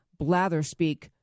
blatherspeak